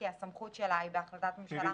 כי הסמכות שלה היא בהחלטת ממשלה.